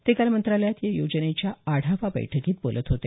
ते काल मंत्रालयात या योजनेच्या आढावा बैठकीत बोलत होते